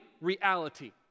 reality